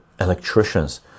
electricians